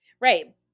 Right